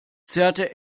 zerrte